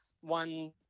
one